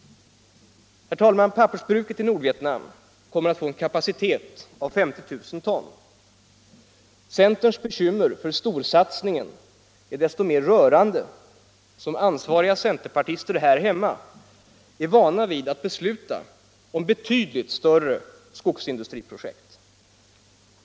Pappersbruket i Nordvietnam kommer att få en kapacitet av 50 000 ton. Centerns bekymmer för ”storsatsningen” är desto mer rörande som ansvariga centerpartister här hemma är vana vid att besluta om betydligt större skogsindustriprojekt.